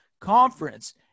conference